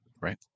right